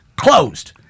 closed